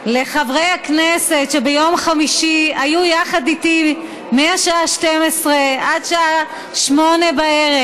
לחברי הכנסת שביום חמישי היו יחד איתי מהשעה 12:00 עד השעה 20:00,